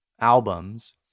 albums